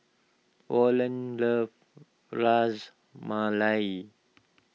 Orland loves Ras Malai